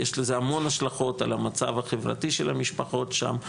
יש לזה המון השלכות על המצב החברתי של המשפחות שם,